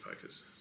focus